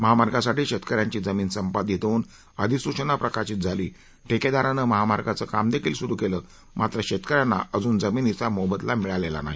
महामार्गासाठी शेतकऱ्यांची जमीन संपादीत होऊन अधिसूचना प्रकाशित झाली ठेकेदारानं महामार्गाचं कामदेखील सुरू केलं मात्र शेतकऱ्यांना अजून जमिनीचा मोबदला मिळालेला नाही